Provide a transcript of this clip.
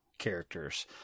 Characters